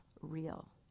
real